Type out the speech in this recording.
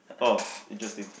oh interesting